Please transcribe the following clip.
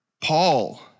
Paul